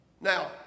Now